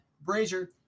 Brazier